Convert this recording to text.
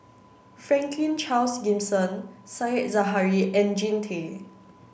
Franklin Charles Gimson said Zahari and Jean Tay